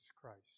Christ